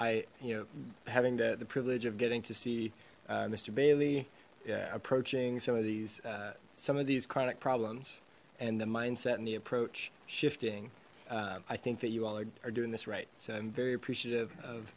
i you know having the privilege of getting to see mister bailey approaching some of these some of these chronic problems and the mindset and the approach shifting i think that you all are doing this right so i'm very appreciative of